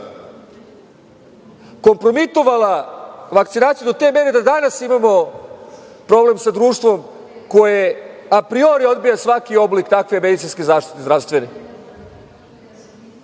kompromitovala vakcinaciju do te mere da danas imamo problem sa društvom koje apriori odbija svaki oblik takve medicinske zdravstvene